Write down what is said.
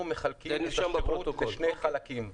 אנחנו מחלקים את השירות לשני חלקים.